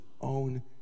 own